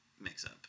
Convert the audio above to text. mix-up